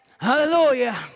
Hallelujah